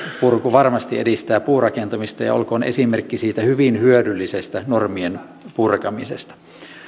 norminpurku varmasti edistää puurakentamista ja ja olkoon esimerkki siitä hyvin hyödyllisestä normien purkamisesta